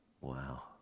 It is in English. wow